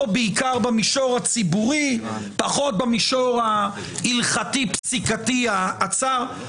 בעיקר במישור הציבורי ופחות במישור ההלכתי-פסיקתי הצר.